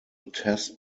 test